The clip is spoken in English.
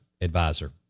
advisor